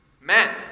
men